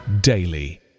daily